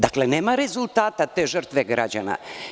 Dakle, nema rezultata te žrtve građana.